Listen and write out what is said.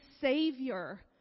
savior